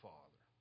Father